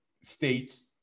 states